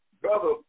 Brother